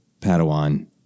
Padawan